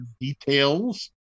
details